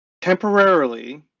temporarily